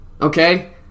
okay